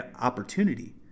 opportunity